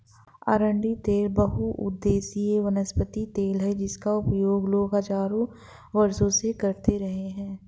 अरंडी तेल बहुउद्देशीय वनस्पति तेल है जिसका उपयोग लोग हजारों वर्षों से करते रहे हैं